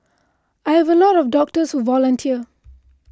I have a lot of doctors who volunteer